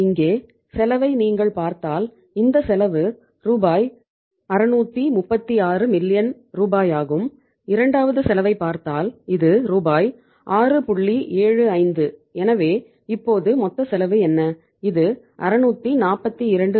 இங்கே செலவை நீங்கள் பார்த்தால் இந்த செலவு ரூ